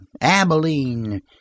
Abilene